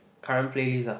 current playlist ah